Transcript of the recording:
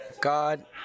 God